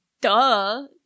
Duh